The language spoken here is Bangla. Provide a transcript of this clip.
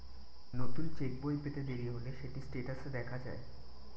নতুন চেক্ বই পেতে দেরি হলে সেটি স্টেটাসে দেখা যায়